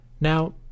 Now